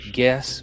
guess